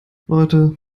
leute